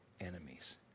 enemies